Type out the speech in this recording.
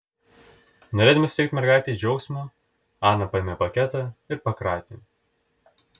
norėdama suteikti mergaitei džiaugsmo ana paėmė paketą ir pakratė